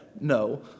no